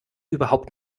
überhaupt